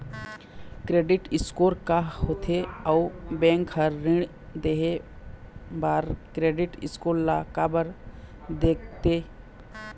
Credit score का होथे अउ बैंक हर ऋण देहे बार क्रेडिट स्कोर ला काबर देखते?